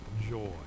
joy